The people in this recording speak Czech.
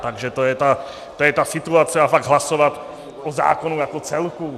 Takže to je ta situace, a pak hlasovat o zákonu jako celku.